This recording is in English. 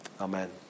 Amen